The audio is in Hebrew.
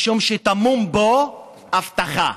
משום שטמונה בו הבטחה,